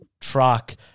truck